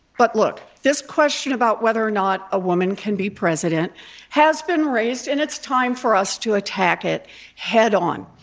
but, look, this question about whether or not a woman can be president has been raised, and it's time for us to attack it head on.